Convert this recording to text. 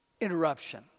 interruption